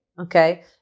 okay